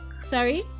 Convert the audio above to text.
Sorry